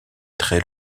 très